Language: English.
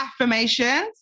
affirmations